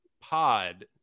pod